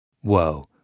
Whoa